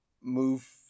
move